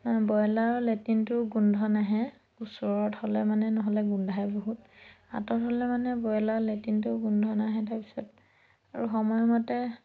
ব্ৰইলাৰৰ লেট্ৰিনটো গোন্ধ নাহে ওচৰত হ'লে মানে নহ'লে গোন্ধাই বহুত আঁতৰত হ'লে মানে ব্ৰইলাৰৰ লেট্ৰিনটো গোন্ধ নাহে তাৰপিছত আৰু সময়মতে